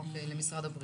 אוקיי, למשרד הבריאות.